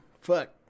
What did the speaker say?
fuck